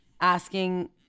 asking